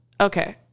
Okay